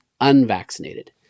unvaccinated